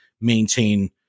maintain